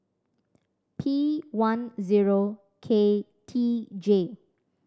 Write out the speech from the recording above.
P one zero K T J